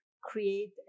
create